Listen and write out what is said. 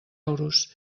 euros